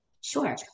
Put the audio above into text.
Sure